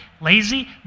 lazy